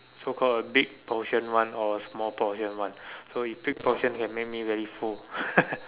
so called a big portion one or a small portion one so if big portion can make me very full